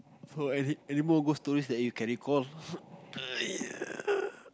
so any anymore ghost stories you can recall !aiya!